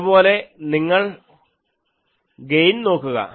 അതുപോലെ നിങ്ങൾ ഗേയിൻ നോക്കുക